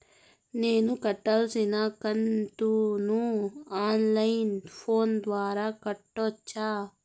నేను కట్టాల్సిన కంతును ఆన్ లైను ఫోను ద్వారా కట్టొచ్చా?